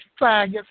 faggots